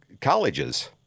colleges